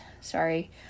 Sorry